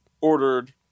ordered